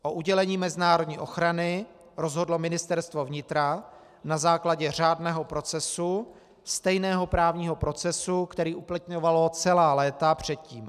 O udělení mezinárodní ochrany rozhodlo Ministerstvo vnitra na základě řádného procesu, stejného právního procesu, který uplatňovalo celá léta předtím.